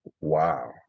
Wow